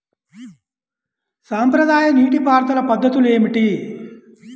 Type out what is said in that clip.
సాంప్రదాయ నీటి పారుదల పద్ధతులు ఏమిటి?